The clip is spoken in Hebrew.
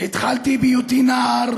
התחלתי בהיותי נער,